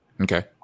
Okay